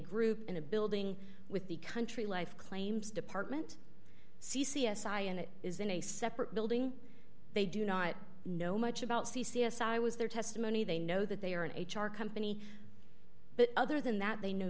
group in a building with the country life claims department see c s i and it is in a separate building they do not know much about c c s i was their testimony they know that they are an h r company but other than that they kn